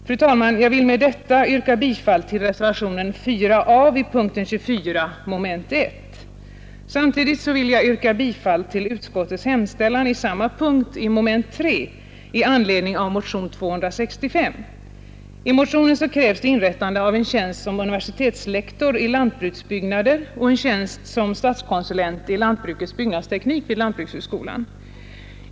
Fru talman! Jag vill med detta yrka bifall till reservationen 4 a vid punkten 24 moment 1. Samtidigt vill jag yrka bifall till utskottets hemställan vid samma punkt, moment 3, i anledning av motionen 265. I motionen krävs inrättande av en tjänst som universitetslektor i lantbruksbyggnader och en tjänst som statskonsulent i lantbrukets byggnadsteknik vid lantbrukshögskolan.